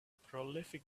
prolific